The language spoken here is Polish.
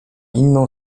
inną